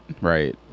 right